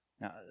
Now